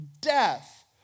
death